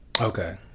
Okay